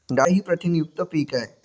डाळ ही प्रथिनयुक्त पीक आहे